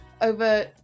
over